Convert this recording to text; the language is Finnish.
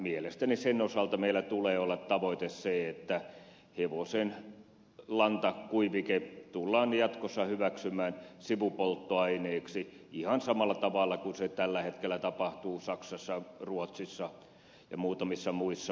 mielestäni sen osalta meillä tulee olla tavoite se että hevosen lantakuivike tullaan jatkossa hyväksymään sivupolttoaineeksi ihan samalla tavalla kuin tällä hetkellä tapahtuu saksassa ruotsissa ja muutamissa muissa maissa